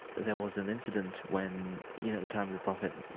there was an incident when, you know, at the time of the prophet,